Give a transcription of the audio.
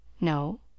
No